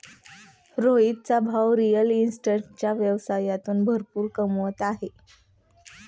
रोहितचा भाऊ रिअल इस्टेटच्या व्यवसायातून भरपूर कमवत आहे